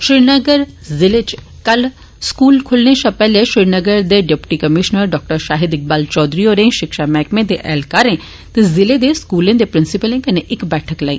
श्रीनगर जिले च कल स्कूल खुल्लने शा पैह्ले श्रीनगर दे deputy commissioner doctor Shahid Iqbal Chaudhary होरें शिक्षा मैह्कमे दे ऐह्लकारें ते जिले दे स्कूलें दे प्रिंसिपलें कन्नै इक मीटिंग लाई